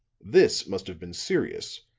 this must have been serious,